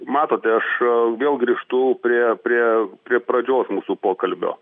matote aš daugiau grįžtu prie prie pradžios mūsų pokalbio